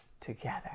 together